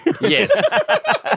Yes